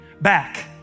back